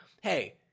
hey